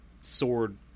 sword